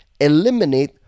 eliminate